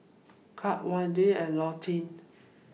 Curt Wayde and Leontine